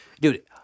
Dude